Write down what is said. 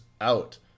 out